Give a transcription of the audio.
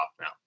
now